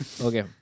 Okay